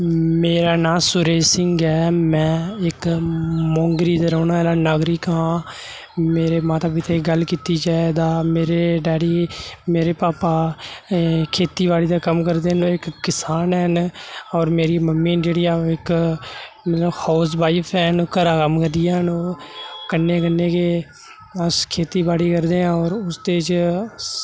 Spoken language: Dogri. मेरा नां सुरेश सिंह ऐ में इक मोंगरी दा रौह्ने आह्ला नागरिक आं मेरे माता पिता दी गल्ल कीती जा तां मेरे डैडी मेरे भापा खेती बाड़ी दा कम्म करदे न ओह् इक किसान हैन न और मेरी मम्मी जेह्ड़ियां न ओह् इक मतलब हाउस वाइफ हैन घरै दा कम्म करदियां न ओह् कन्नै कन्नै गै अस खेती बाड़ी करने आं उसदे च